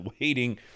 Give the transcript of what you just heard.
waiting